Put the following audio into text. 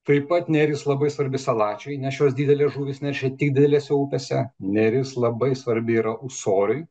taip pat neris labai svarbi salačiui nes šios didelės žuvys neršia tik didelėse upėse neris labai svarbi yra ūsoriui